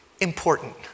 important